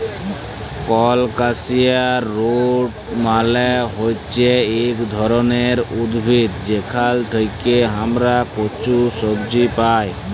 colocasia root মালে হচ্যে ইক ধরলের উদ্ভিদ যেখাল থেক্যে হামরা কচু সবজি পাই